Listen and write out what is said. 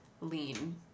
lean